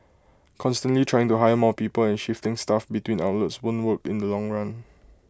constantly trying to hire more people and shifting staff between outlets won't work in the long run